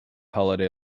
holiday